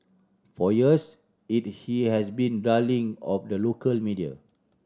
for years he'd he has been a darling of the local media